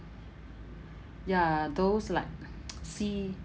ya those like sea